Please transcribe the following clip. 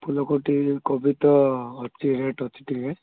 ଫୁଲ କୋବି କୋବି ତ ଅଛି ରେଟ୍ ଅଛି ଟିକେ